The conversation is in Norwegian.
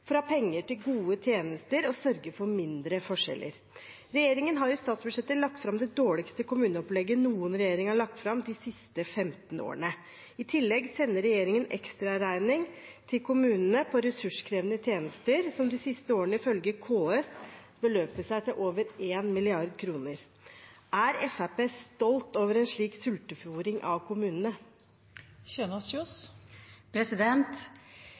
for å ha penger til gode tjenester og sørge for mindre forskjeller. Regjeringen har i statsbudsjettet lagt fram det dårligste kommuneopplegget noen regjering har lagt fram de siste 15 årene. I tillegg sender regjeringen ekstraregning til kommunene på ressurskrevende tjenester som de siste årene ifølge KS beløper seg til over 1 mrd. kr. Er Fremskrittspartiet stolt over en slik sultefôring av kommunene?